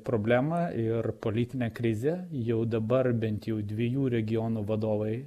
problemą ir politinę krizę jau dabar bent jau dviejų regionų vadovai